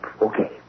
Okay